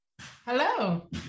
Hello